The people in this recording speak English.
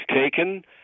taken